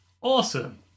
Awesome